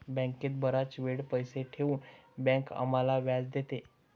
बँकेत बराच वेळ पैसे ठेवून बँक आम्हाला व्याज देते